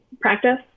practice